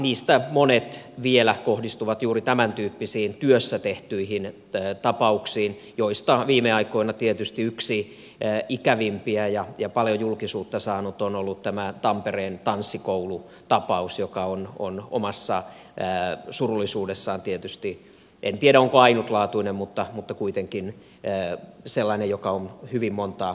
niistä monet vielä kohdistuvat juuri tämäntyyppisiin työssä tehtyihin tapauksiin joista viime aikoina tietysti yksi ikävimpiä ja paljon julkisuutta saanut on ollut tampereen tanssikoulutapaus joka omassa surullisuudessaan tietysti en tiedä onko ainutlaatuinen mutta on kuitenkin sellainen joka on hyvin montaa järkyttänyt